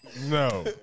No